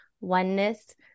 oneness